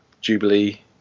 Jubilee